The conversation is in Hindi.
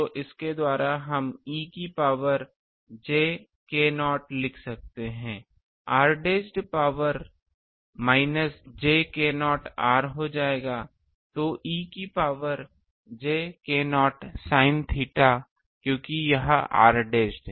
तो इसके द्वारा हम e की पावर j k0 लिख सकते हैं r dashed power minus j k0 r हो जायगा तो e की power j k0 sin theta क्योंकि यह r डैशड